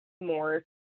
more